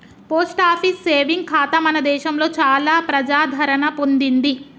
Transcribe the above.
post office saving ఖాతా మన దేశంలో చాలా ప్రజాదరణ పొందింది